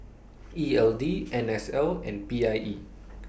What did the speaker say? E L D N S L and P I E